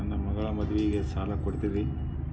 ನನ್ನ ಮಗಳ ಮದುವಿಗೆ ಸಾಲ ಕೊಡ್ತೇರಿ?